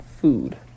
food